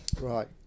right